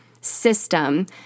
system